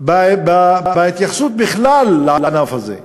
ההתייחסות לענף הזה בכלל,